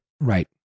Right